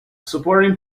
supporting